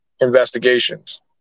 investigations